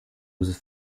was